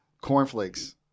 cornflakes